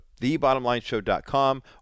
thebottomlineshow.com